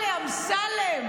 מה קרה לאמסלם?